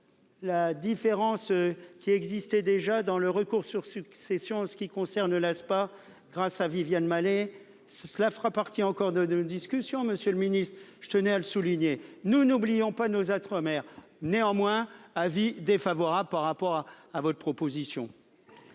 La différence. Qui existait déjà dans le recours sur succession en ce qui concerne l'ASPA grâce à Viviane Malet cela fera partie encore de de discussion. Monsieur le Ministre, je tenais à le souligner, nous n'oublions pas nos à 3 maire néanmoins avis défavorable par rapport à à votre proposition.